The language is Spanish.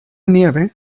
nieve